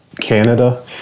Canada